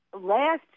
Last